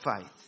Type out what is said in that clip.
faith